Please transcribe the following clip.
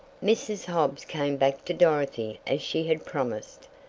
mrs. hobbs came back to dorothy as she had promised,